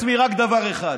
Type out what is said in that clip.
ואני שואל את עצמי רק דבר אחד: